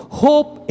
hope